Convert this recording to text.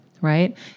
right